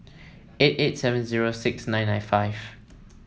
eight eight seven zero six nine nine five